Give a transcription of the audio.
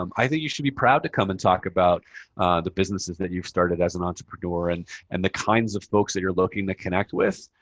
um i think you should be proud to come and talk about the businesses that you've started as an entrepreneur and and the kinds of folks that you're looking to connect with.